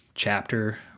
chapter